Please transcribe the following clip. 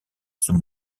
sous